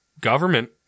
government